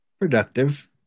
Productive